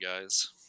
guys